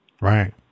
Right